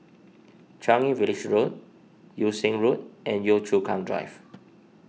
Changi Village Road Yew Siang Road and Yio Chu Kang Drive